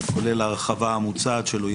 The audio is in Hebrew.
כולל ההרחבה המוצעת שלו,